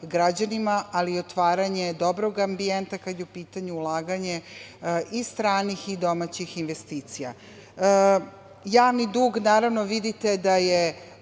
ali i otvaranje dobrog ambijenta kada je u pitanju ulaganje stranih i domaćih investicija. Javni dug vidite da je